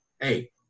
hey –